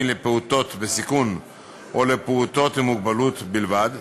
לפעוטות בסיכון או לפעוטות עם מוגבלות בלבד,